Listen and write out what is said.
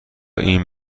این